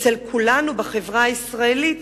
אצל כולנו בחברה הישראלית,